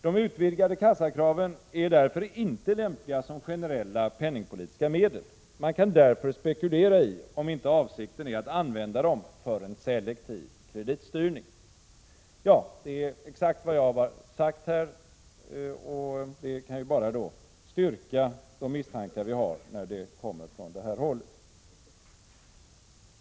De utvidgade kassakraven är därför inte lämpliga som generella penningpolitiska medel. Man kan därför spekulera i om inte avsikten är att använda dem för en selektiv kreditstyrning.” Det är exakt vad jag har sagt tidigare, och ett uttalande från det hållet kan bara bestyrka detta.